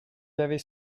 avez